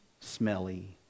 smelly